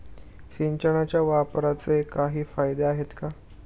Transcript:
सिंचनाच्या वापराचे काही फायदे आहेत का?